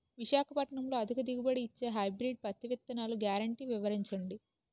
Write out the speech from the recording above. విశాఖపట్నంలో అధిక దిగుబడి ఇచ్చే హైబ్రిడ్ పత్తి విత్తనాలు గ్యారంటీ వివరించండి?